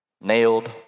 nailed